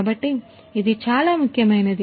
కాబట్టి ఇది చాలా ముఖ్యమైనది